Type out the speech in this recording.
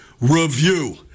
review